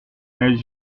mais